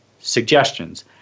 suggestions